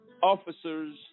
officers